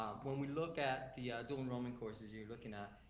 when we look at the dual enrollment courses you're looking at,